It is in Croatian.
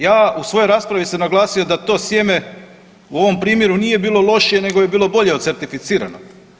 Ja sam u svojoj raspravi naglasio da to sjeme u ovom primjeru nije bilo lošije nego je bilo bolje od certificiranog.